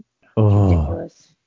ridiculous